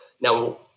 now